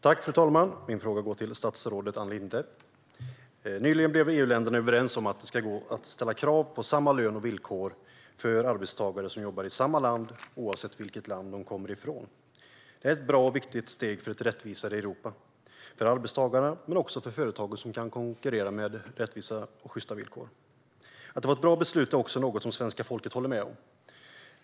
Fru talman! Min fråga går till statsrådet Ann Linde. Nyligen blev EU-länderna överens om att det ska gå att ställa krav på samma lön och villkor för arbetstagare som jobbar i samma land, oavsett vilket land de kommer från. Det är ett bra och viktigt steg för ett rättvisare Europa - för arbetstagarna men också för företagen, som kan konkurrera med rättvisa och sjysta villkor. Att detta var ett bra beslut är också något som svenska folket håller med om.